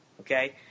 Okay